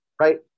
Right